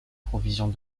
provisions